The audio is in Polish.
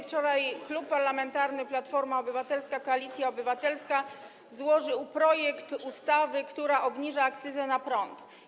Wczoraj Klub Parlamentarny Platforma Obywatelska - Koalicja Obywatelska złożył projekt ustawy obniżającej akcyzę na prąd.